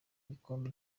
gikombe